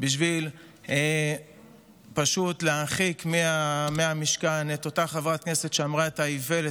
בשביל פשוט להרחיק מהמשכן את אותה חברת כנסת שאמרה את האיוולת,